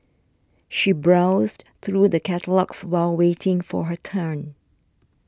she browsed through the catalogues while waiting for her turn